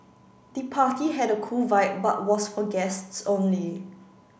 the party had a cool vibe but was for guests only